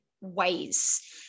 ways